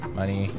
money